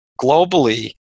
globally